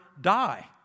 die